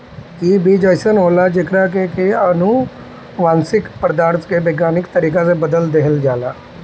इ बीज अइसन होला जेकरा के की अनुवांशिक पदार्थ के वैज्ञानिक तरीका से बदल देहल जाला